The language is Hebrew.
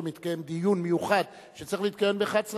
מתקיים דיון מיוחד שצריך להתקיים ב-11:00,